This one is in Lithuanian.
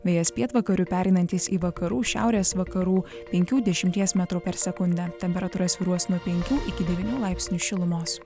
vėjas pietvakarių pereinantis į vakarų šiaurės vakarų penkių dešimties metrų per sekundę temperatūra svyruos nuo penkių iki devynių laipsnių šilumos